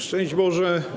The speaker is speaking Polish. Szczęść Boże.